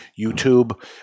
YouTube